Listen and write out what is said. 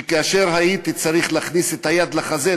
וכאשר הייתי צריך להכניס את היד לחזה,